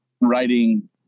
writing